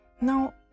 Now